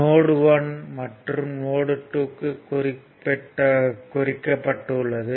note 1 மற்றும் note 2 ஐ குறிக்கப்பட்டுள்ளது